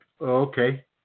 okay